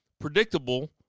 Predictable